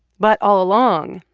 but all along,